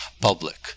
public